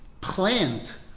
plant